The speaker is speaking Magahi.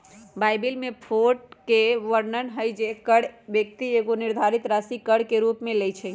बाइबिल में भोट के वर्णन हइ जे हरेक व्यक्ति एगो निर्धारित राशि कर के रूप में लेँइ छइ